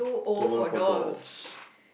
too old for dolls